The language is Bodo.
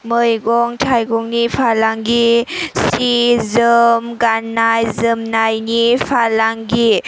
मैगं थाइगंनि फालांगि सि जोम गान्नाय जोमनायनि फालांगि